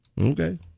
Okay